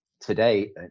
today